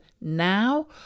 now